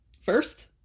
first